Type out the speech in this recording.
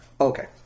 Okay